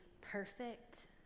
perfect